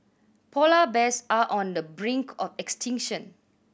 polar bears are on the brink of extinction